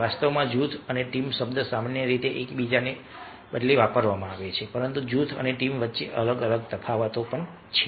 વાસ્તવમાં જૂથ અને ટીમ શબ્દ સામાન્ય રીતે એકબીજાના બદલે વાપરવામાં આવે છે પરંતુ જૂથ અને ટીમ વચ્ચે અલગ અલગ તફાવતો છે